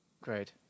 Great